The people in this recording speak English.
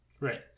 Right